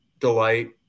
Delight